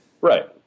Right